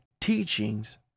teachings